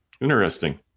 Interesting